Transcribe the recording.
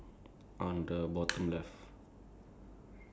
uh at the beach then there's